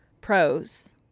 Pros